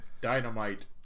Dynamite